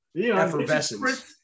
effervescence